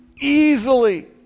easily